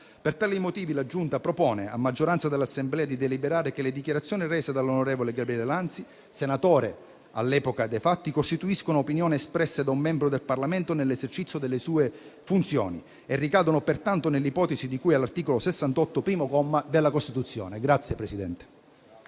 Per tali motivi la Giunta propone, a maggioranza, all'Assemblea di deliberare che le dichiarazioni rese dall'onorevole Gabriele Lanzi, senatore all'epoca dei fatti, costituiscono opinioni espresse da un membro del Parlamento nell'esercizio delle sue funzioni e ricadono pertanto nell'ipotesi di cui all'articolo 68, primo comma, della Costituzione.